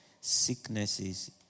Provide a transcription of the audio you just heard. sicknesses